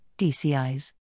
DCIs